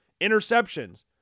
interceptions